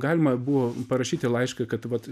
galima buvo parašyti laišką kad vat